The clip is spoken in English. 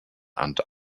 and